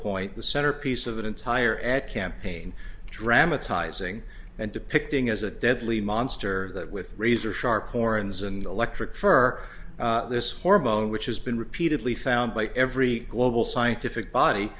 point the centerpiece of an entire ad campaign dramatizing and depicting as a deadly monster that with razor sharp oren's and electric fur this hormone which has been repeatedly found by every global scientific body